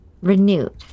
Renewed